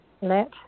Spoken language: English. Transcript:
Let